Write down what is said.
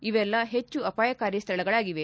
ಇವೆಲ್ಲ ಹೆಚ್ಚು ಅಪಾಯಕಾರಿ ಸ್ಥಳಗಳಾಗಿವೆ